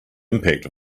impact